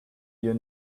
your